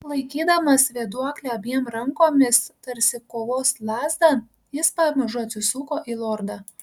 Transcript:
laikydamas vėduoklę abiem rankomis tarsi kovos lazdą jis pamažu atsisuko į lordą